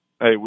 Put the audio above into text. hey